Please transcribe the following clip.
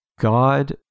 God